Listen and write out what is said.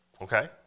okay